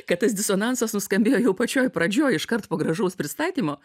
kad tas disonansas nuskambėjo jau pačioj pradžioj iškart po gražaus pristatymo